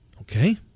Okay